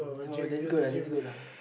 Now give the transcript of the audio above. that's good that's good lah